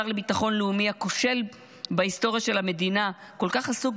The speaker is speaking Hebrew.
השר לביטחון לאומי הכושל בהיסטוריה של המדינה כל כך עסוק